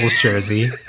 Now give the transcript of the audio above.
jersey